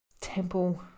temple